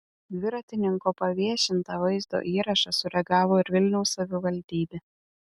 dviratininko paviešintą vaizdo įrašą sureagavo ir vilniaus savivaldybė